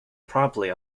promptly